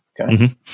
okay